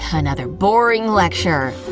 another boring lecture.